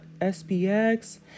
SPX